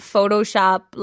Photoshop